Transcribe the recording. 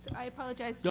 i apologize.